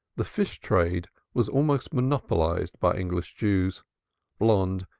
the fish-trade was almost monopolized by english jews blonde,